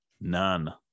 None